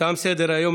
תם סדר-היום.